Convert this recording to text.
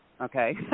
Okay